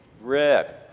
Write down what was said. Red